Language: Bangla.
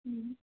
হুম